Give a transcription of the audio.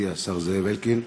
מכובדי השר זאב אלקין,